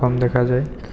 কম দেখা যায়